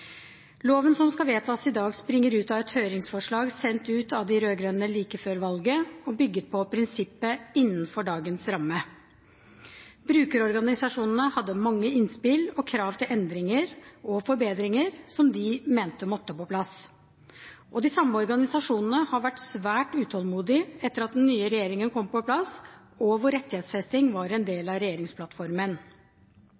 Loven som skal vedtas i dag, springer ut av et høringsforslag sendt ut av de rød-grønne like før valget, bygget på prinsippet «innenfor dagens ramme». Brukerorganisasjonene hadde mange innspill og krav om endringer og forbedringer som de mente måtte på plass. De samme organisasjonene har vært svært utålmodige etter at den nye regjeringen kom på plass og rettighetsfesting var en